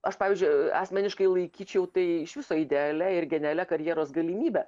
aš pavyzdžiui asmeniškai laikyčiau tai iš viso idealia ir genialia karjeros galimybe